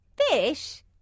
Fish